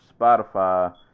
Spotify